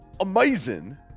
Amazing